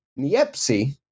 Niepsi